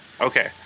Okay